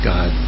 God